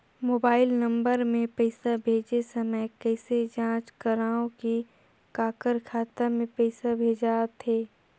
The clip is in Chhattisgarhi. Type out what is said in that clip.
मोबाइल नम्बर मे पइसा भेजे समय कइसे जांच करव की काकर खाता मे पइसा भेजात हे?